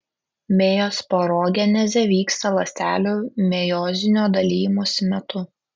mejosporogenezė vyksta ląstelių mejozinio dalijimosi metu